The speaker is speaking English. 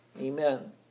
Amen